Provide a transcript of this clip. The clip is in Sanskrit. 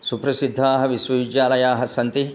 सुप्रसिद्धाः विश्वविदयालयाः सन्ति